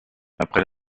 après